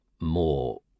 more